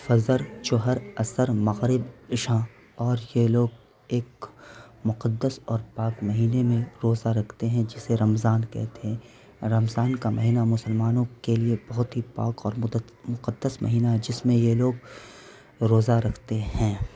فجر ظہر عصر مغرب عشا اور یہ لوگ ایک مقدس اور پاک مہینے میں روزہ رکھتے ہیں جسے رمضان کہتے ہیں رمضان کا مہینہ مسلمانوں کے لیے بہت ہی پاک اور مقدس مہینہ ہے جس میں یہ لوگ روزہ رکھتے ہیں